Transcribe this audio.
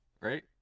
right